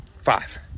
five